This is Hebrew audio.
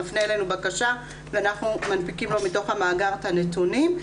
מפנה אלינו בקשה ואנחנו מנפיקים לו מתוך המאגר את הנתונים.